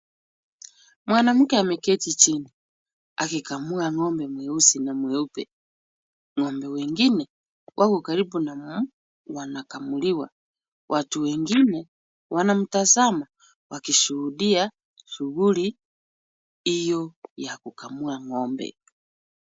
Mwanamke ameketi chini akikamua ng'ombe mweusi na mweupe. Ng'ombe wengine wako karibu na wanakamuliwa. Watu wengine wanamtazama wakishuhudia shughuli hiyo ya kukamua ng'ombe.